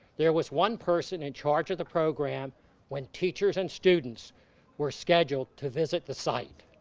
there was one person in charge of the program when teachers and students were scheduled to visit the site.